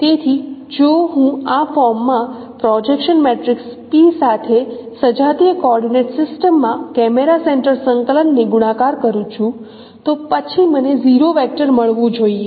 તેથી જો હું આ ફોર્મમાં પ્રોજેક્શન મેટ્રિક્સ P સાથે સજાતીય કોર્ડિનેટ સિસ્ટમમાં કેમેરા સેન્ટર સંકલનને ગુણાકાર કરું છું તો પછી મને 0 વેક્ટર મળવું જોઈએ